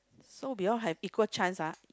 so we all have equal chance ah